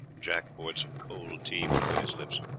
jack poured some cold tea between his lips.